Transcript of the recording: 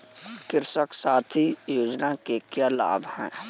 कृषक साथी योजना के क्या लाभ हैं?